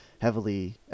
heavily